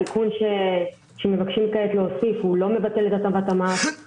התיקון שמבקשים כעת להוסיף לא מבטל את הטבת המס,